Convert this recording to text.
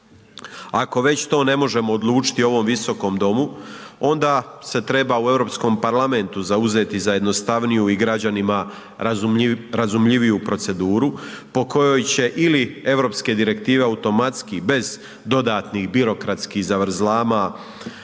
Ako već to ne možemo odlučiti u ovom Visokom domu, onda se treba u Europskom parlamentu zauzeti za jednostavniju i građanima razumljiviju proceduru po kojoj će ili europske direktive automatski bez dodatnih birokratskih zavrzlama